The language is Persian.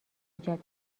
ایجاد